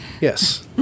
Yes